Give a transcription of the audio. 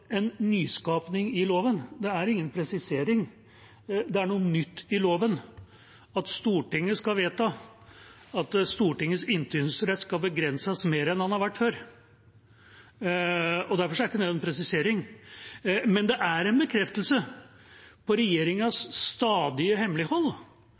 en nyskapning i loven. Det er ingen presisering, det er noe nytt i loven at Stortinget skal vedta at Stortingets innsynsrett skal være mer begrenset enn den har vært før. Derfor er det ikke noen presisering. Men det er en bekreftelse på